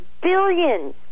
billion